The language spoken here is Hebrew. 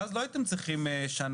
ואז לא הייתם צריכים שנה.